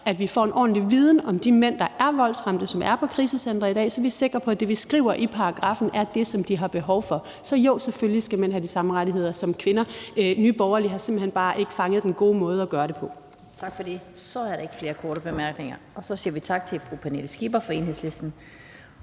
at vi får en ordentlig viden om de mænd, der er voldsramte, og som er på krisecenter i dag, så vi er sikre på, at det, vi skriver i paragraffen, er det, som de har behov for. Så jo, selvfølgelig skal mænd have de samme rettigheder, som kvinder har. Nye Borgerlige har simpelt hen bare ikke fanget den gode måde at gøre det på. Kl. 13:01 Den fg. formand (Annette Lind): Tak for det. Så er der ikke flere korte bemærkninger, og så siger vi tak til fru Pernille Skipper fra Enhedslisten.